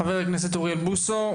חבר הכנסת אוריאל בוסו,